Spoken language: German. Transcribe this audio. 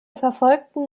verfolgten